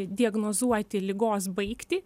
diagnozuoti ligos baigtį